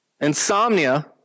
insomnia